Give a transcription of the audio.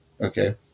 Okay